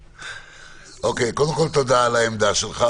תודה על עמדתך.